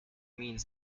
means